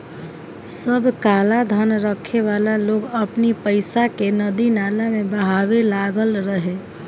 सब कालाधन रखे वाला लोग अपनी पईसा के नदी नाला में बहावे लागल रहे